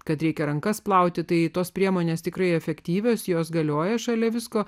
kad reikia rankas plauti tai tos priemonės tikrai efektyvios jos galioja šalia visko